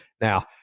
Now